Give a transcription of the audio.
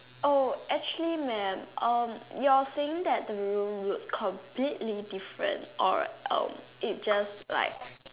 oh actually man um you're saying that the room look completely in different or um it just like